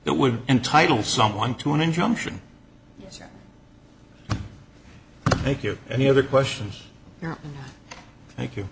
that would entitle someone to an injunction make you any other questions thank you